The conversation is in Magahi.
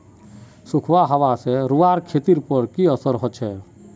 सुखखा हाबा से रूआँर खेतीर पोर की असर होचए?